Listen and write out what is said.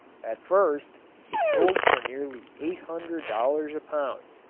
at first it sold for nearly eight hundred dollars a pound,